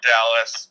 Dallas